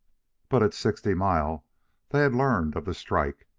but at sixty mile they had learned of the strike,